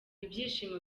ibyishimo